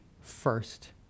first